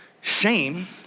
Shame